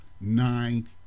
nine